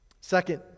Second